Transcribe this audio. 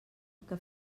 que